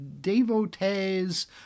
devotees